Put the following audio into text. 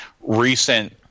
recent